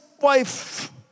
wife